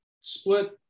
split